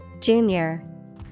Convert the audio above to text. Junior